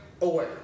away